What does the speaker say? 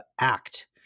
act